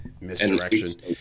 Misdirection